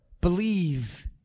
believe